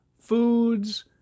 foods